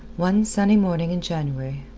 one sunny morning in january,